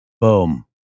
Boom